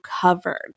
covered